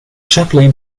chaplin